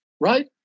Right